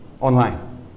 Online